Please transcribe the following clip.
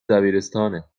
دبیرستانه